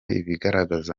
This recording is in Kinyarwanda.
ibigaragaza